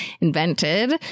invented